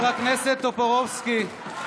חבר הכנסת טופורובסקי.